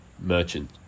merchant